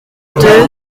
deux